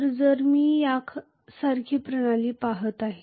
तर जर मी यासारखी प्रणाली पहात आहे